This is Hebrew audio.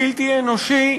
בלתי אנושי,